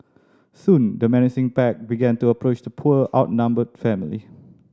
soon the menacing pack began to approach the poor outnumbered family